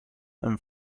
and